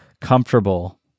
comfortable